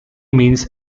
means